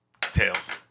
Tails